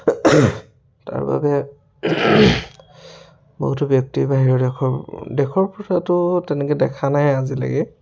তাৰবাবে বহুতো ব্যক্তি বাহিৰৰ দেশৰ পৰা দেশৰ পৰাতো তেনেকৈ দেখা নাই আজিলৈকে